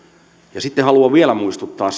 ja sitten haluan muistuttaa